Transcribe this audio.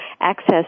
access